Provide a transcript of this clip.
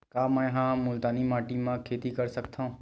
का मै ह मुल्तानी माटी म खेती कर सकथव?